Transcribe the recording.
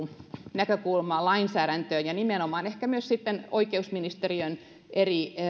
näkökulma lainsäädäntöön ja nimenomaan ehkä myös sitten oikeusministeriön eri